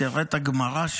תראה את הגמרא,